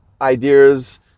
ideas